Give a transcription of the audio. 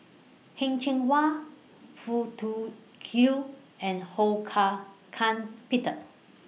Heng Cheng Hwa Foo Tui Liew and Ho Hak Ean Peter